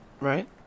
right